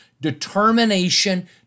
Determination